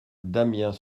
damiens